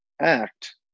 act